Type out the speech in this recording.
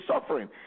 suffering